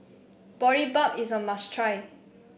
Boribap is a must try